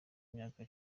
myaka